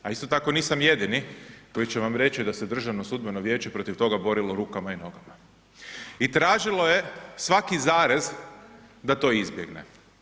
A isto tako nisam jedini koji će vam reći da se DSV protiv toga borilo rukama i nogama i tražilo je svaki zarez da to izbjegne.